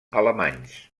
alemanys